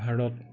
Bharat